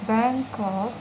Bangkok